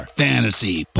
fantasy